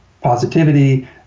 positivity